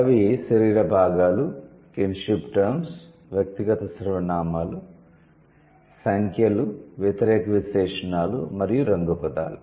అవి శరీర భాగాలు కిన్షిప్ టర్మ్స్ వ్యక్తిగత సర్వనామాలు సంఖ్యలు వ్యతిరేక విశేషణాలు మరియు రంగు పదాలు